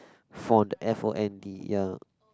fond f_o_n_d ya